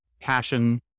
passion